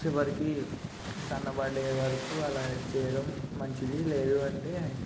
చివరికి సన్నబడే వరకు అలా చేయడం మంచిది లేదు అంటే